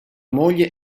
moglie